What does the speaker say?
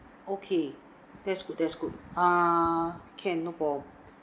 okay that's good that's good ah can no problem